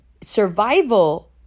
survival